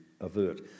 avert